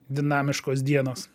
dinamiškos dienos